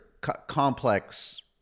complex